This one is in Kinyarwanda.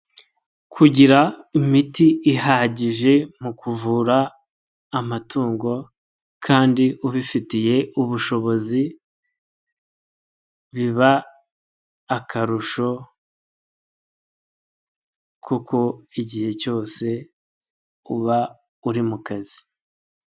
Kugira imiti ihagije mu kuvura amatungo kandi ubifitiye ubushobozi biba akarusho kuko igihe cyose uba uri mu kazi.